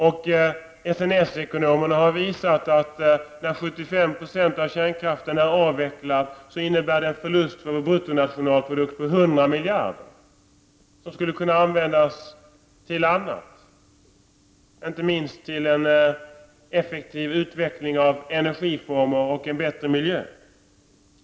SNS-ekonomerna har visat att när 75 96 av kärnkraften är avvecklad innebär det en förlust för bruttonationalprodukten på 100 miljarder, som skulle kunna användas på annat sätt, inte minst till en effektiv utveckling av energiformer och en bättre miljö.